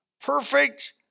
perfect